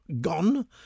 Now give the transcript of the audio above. Gone